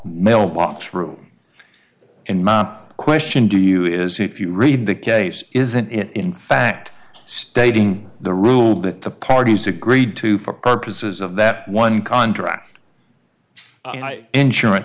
mail box room and my question to you is if you read the case isn't it in fact stating the rule that the parties agreed to for purposes of that one contract insurance